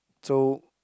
so